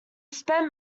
spent